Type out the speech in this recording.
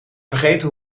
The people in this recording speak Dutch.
vergeten